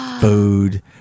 food